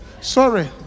Sorry